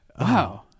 Wow